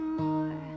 more